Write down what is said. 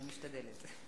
אני משתדלת.